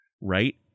right